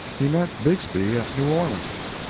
he met bixby at new orleans.